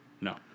No